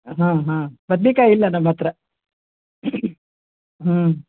ಹಾಂ ಹಾಂ ಬದ್ನೆಕಾಯಿ ಇಲ್ಲ ನಮ್ಮ ಹತ್ರ ಹ್ಞೂ